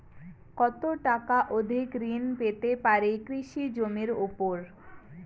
কত টাকা অবধি ঋণ পেতে পারি কৃষি জমির উপর?